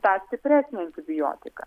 tą stipresnį antibiotiką